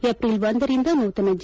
April ಒಂದರಿಂದ ನೂತನ G